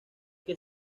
que